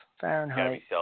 Fahrenheit